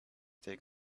take